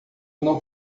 não